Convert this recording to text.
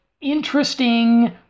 interesting